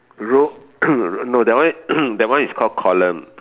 row no that one that one is called column